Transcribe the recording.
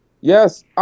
Yes